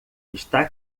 está